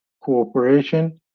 Cooperation